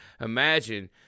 Imagine